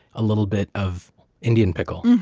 a little bit of indian pickle.